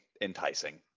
enticing